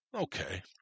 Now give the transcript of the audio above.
Okay